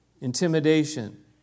intimidation